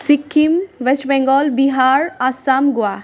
Sikkim west Bengal Bihar Assam Goa